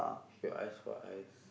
you ask for ice